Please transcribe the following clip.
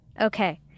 Okay